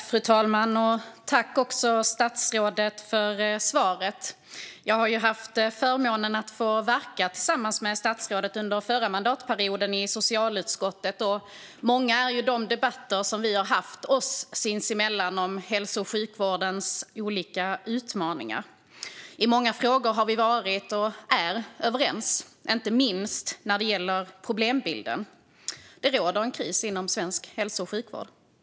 Fru talman! Jag tackar statsrådet för svaret. Jag hade förmånen att få verka tillsammans med henne i socialutskottet under förra mandatperioden. Många är de debatter som vi har haft sinsemellan om hälso och sjukvårdens olika utmaningar. I många frågor har vi varit och är överens, inte minst när det gäller problembilden. Det råder en kris inom hälso och sjukvården.